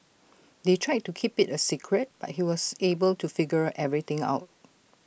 they tried to keep IT A secret but he was able to figure everything out